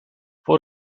fue